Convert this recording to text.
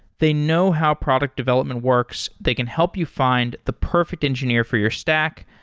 they know how product development works. they can help you find the perfect engineer for your stack,